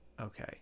Okay